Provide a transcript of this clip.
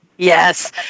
Yes